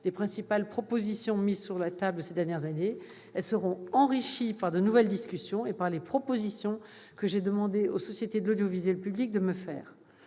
des principales propositions mises sur la table ces dernières années. Ces pistes de travail seront enrichies par de nouvelles discussions et par les propositions que j'ai demandé aux sociétés de l'audiovisuel public de me faire.